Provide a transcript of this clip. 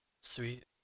sweet